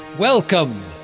Welcome